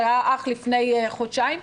רק לפני חודשיים,